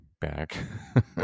back